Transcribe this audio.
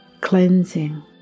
cleansing